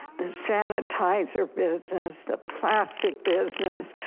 the sanitizer business, the plastic business,